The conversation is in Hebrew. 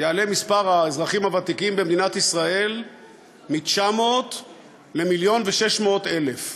יעלה מספר האזרחים הוותיקים במדינת ישראל מ-900,000 ל-1.6 מיליון,